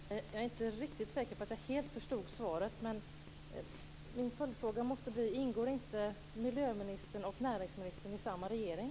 Fru talman! Jag är inte riktigt säker på att jag helt förstod svaret. Min följdfråga måste bli: Ingår inte miljöministern och näringsministern i samma regering?